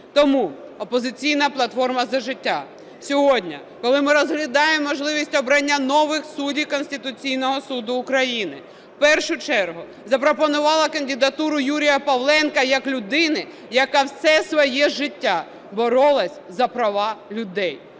Тому "Опозиційна платформа – За життя" сьогодні, коли ми розглядаємо можливість обрання нових суддів Конституційного Суду України, в першу чергу запропонувала кандидатуру Юрія Павленка як людину, яка все своє життя боролась за права людей.